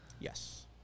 yes